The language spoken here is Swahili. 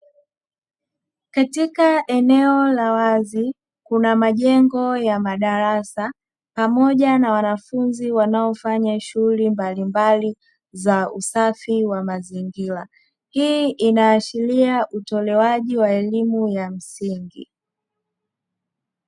Katika eneo la wazi kuna majengo ya madarasa pamoja na wanafunzi wanaofanya shughuli mbalimbali za usafi wa mazingira, hii inaashiria utolewaji wa elimu ya msingi.